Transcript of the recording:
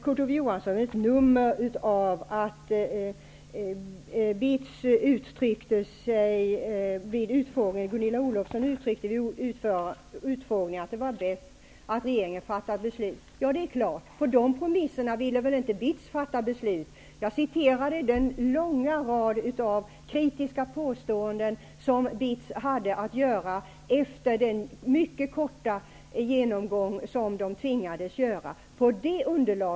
Kurt Ove Johansson gör ett nummer av att Gunilla Olofsson vid utfrågningen uttryckte att det var bäst att regeringen fattade beslut. Ja, det är klart. BITS ville väl inte fatta beslut på dessa premisser. Jag citerade den långa rad av kritiska utalanden som BITS gjorde efter den mycket korta genomgång som BITS tvingades att genomföra.